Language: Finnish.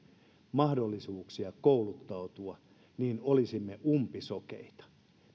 mahdollisuuksia kouluttautua niin olisimme umpisokeita